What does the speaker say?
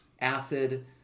acid